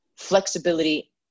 flexibility